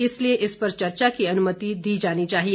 इसलिए इस पर चर्चा की अनुमति दी जानी चाहिए